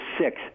six